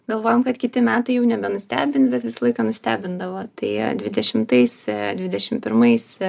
galvojom kad kiti metai jau nebenustebins bet visą laiką nustebindavo tai dvidešimtais dvidešimt pirmais